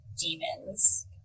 demons